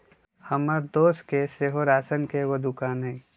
हमर दोस के सेहो राशन के एगो दोकान हइ